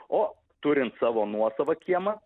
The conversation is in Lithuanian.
o turint savo nuosavą kiemą